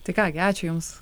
tai ką gi ačiū jums